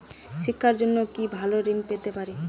শিক্ষার জন্য কি ভাবে ঋণ পেতে পারি?